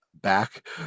back